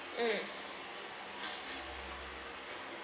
mm